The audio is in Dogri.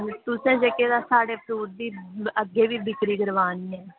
तुसें दिक्खगे तां साढ़े फ्रूट दी अग्गै बी बिक्री करवानी ऐ